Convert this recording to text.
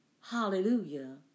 hallelujah